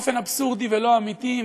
באופן אבסורדי ולא אמיתי,